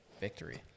Victory